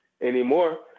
anymore